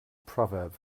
proverb